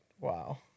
Wow